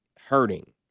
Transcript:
hurting